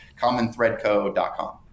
commonthreadco.com